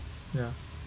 ya